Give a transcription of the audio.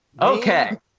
Okay